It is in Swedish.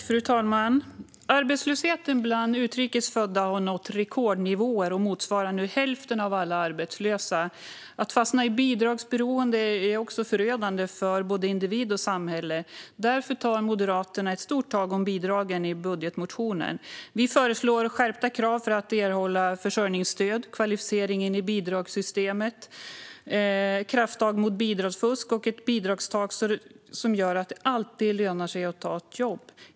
Fru talman! Arbetslösheten bland utrikes födda har nått rekordnivåer och motsvarar nu hälften av alla arbetslösa. Att fastna i bidragsberoende är förödande för både individ och samhälle. Därför tar Moderaterna ett stort tag om bidragen i budgetmotionen. Vi föreslår skärpta krav för att erhålla försörjningsstöd, kvalificering in i bidragssystemet, krafttag mot bidragsfusk och ett bidragstak som gör att det alltid lönar sig att ta ett jobb.